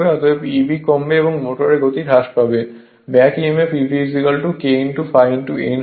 অতএব Eb কমবে এবং মোটরের গতি হ্রাস পাবে কারণ back Emf Eb K ∅ n হয়